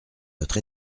votre